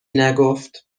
نگفت